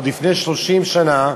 עוד לפני 30 שנה,